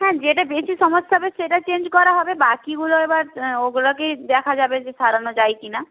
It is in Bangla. হ্যাঁ যেটা বেশি সমস্যা হবে সেটা চেঞ্জ করা হবে বাকিগুলো এবার ওগুলোকে দেখা যাবে যে সারানো যায় কি না